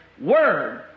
word